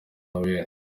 noël